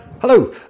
Hello